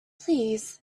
please